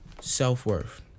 Self-worth